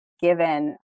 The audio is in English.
given